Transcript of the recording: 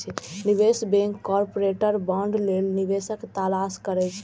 निवेश bank corporate bond लेल निवेशक के तलाश करै छै